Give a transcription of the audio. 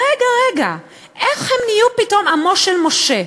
רגע, רגע, איך הם נהיו פתאום עמו של משה?